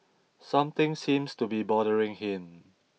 something seems to be bothering him